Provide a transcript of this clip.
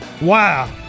Wow